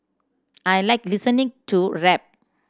I like listening to rap